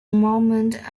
moment